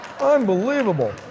Unbelievable